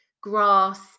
grass